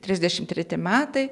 trisdešimt treti metai